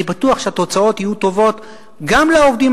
אני בטוח שהתוצאות יהיו טובות גם לעובדים